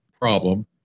problem